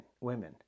women